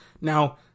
Now